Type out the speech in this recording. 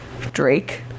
Drake